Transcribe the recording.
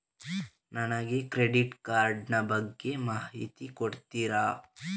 ನನಗೆ credit card ಬಗ್ಗೆ ಮಾಹಿತಿ ಕೊಡುತ್ತೀರಾ?